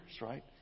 right